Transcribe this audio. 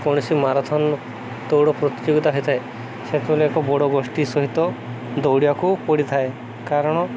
କୌଣସି ମାରାଥନ ଦୌଡ଼ ପ୍ରତିଯୋଗିତା ହୋଇଥାଏ ସେତେବେଳେ ଏକ ବଡ଼ ଗୋଷ୍ଠୀ ସହିତ ଦୌଡ଼ିବାକୁ ପଡ଼ିଥାଏ କାରଣ